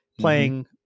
playing